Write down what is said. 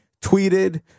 tweeted